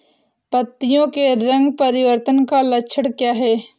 पत्तियों के रंग परिवर्तन का लक्षण क्या है?